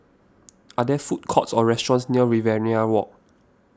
are there food courts or restaurants near Riverina Walk